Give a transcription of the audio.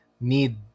need